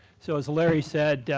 so as larry said,